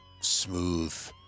smooth